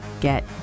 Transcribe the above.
get